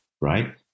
right